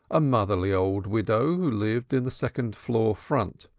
a motherly old widow, who lived in the second floor front,